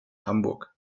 hamburg